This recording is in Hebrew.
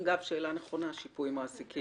אגב, זו שאלה נכונה, אבל